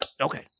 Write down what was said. Okay